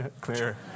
clear